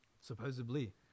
Supposedly